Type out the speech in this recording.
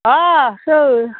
अह सोर